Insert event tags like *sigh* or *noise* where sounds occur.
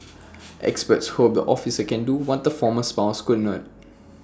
*noise* experts hope the officer can do what the former spouse cannot